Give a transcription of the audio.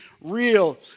real